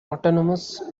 autonomous